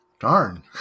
Darn